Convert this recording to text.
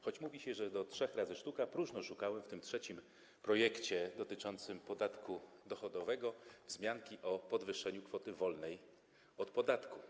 Choć mówi się, że do trzech razy sztuka, próżno szukałem w tym trzecim projekcie dotyczącym podatku dochodowego wzmianki o podwyższeniu kwoty wolnej od podatku.